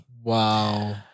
Wow